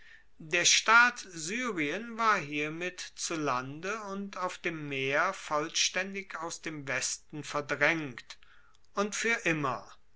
der staat syrien war hiermit zu lande und auf dem meer vollstaendig aus dem westen verdraengt und fuer immer